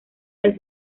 del